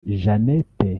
jeanette